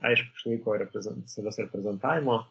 aišku išlaiko reprezen savęs reprezentavimo